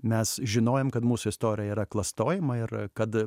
mes žinojom kad mūsų istorija yra klastojama ir kad